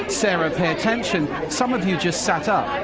sara, pay attention some of you just sat up.